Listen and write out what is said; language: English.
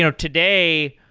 so today,